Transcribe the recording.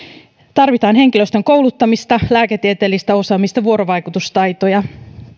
tarvitaan henkilöstön kouluttamista lääketieteellistä osaamista vuorovaikutustaitoja